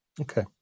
Okay